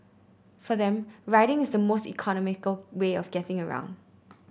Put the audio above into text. for them riding is the most economical way of getting around